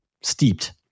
steeped